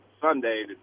Sunday